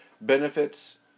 benefits